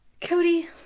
Cody